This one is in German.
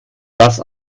das